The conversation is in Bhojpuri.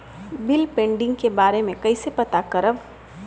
बिल पेंडींग के बारे में कईसे पता करब?